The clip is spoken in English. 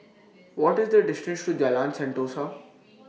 What The distance to Jalan Sentosa